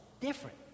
different